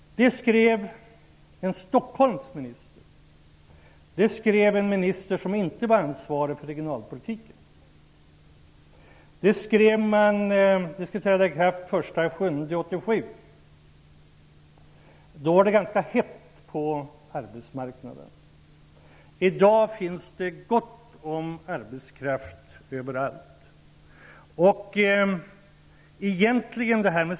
Det skrev en stockholmsk minister, en minister som inte var ansvarig för regionalpolitiken. Detta skulle träda i kraft den 1 juli 1987. Då var det ganska hett på arbetsmarknaden. I dag finns det gott om arbetskraft överallt.